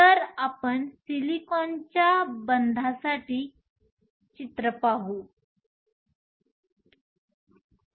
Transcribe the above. तर आपण सिलिकॉनच्या बंधासाठी चित्र पाहू